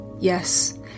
Yes